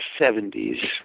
70s